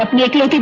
like necklace.